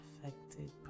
affected